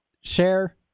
share